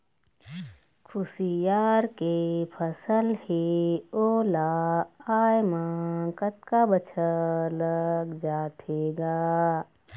खुसियार के फसल हे ओ ला आय म कतका बछर लग जाथे गा?